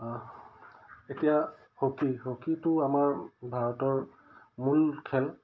এতিয়া হকী হকীটো আমাৰ ভাৰতৰ মূল খেল